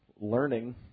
learning